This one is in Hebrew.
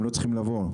הם לא צריכים לבוא.